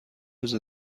روز